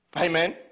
Amen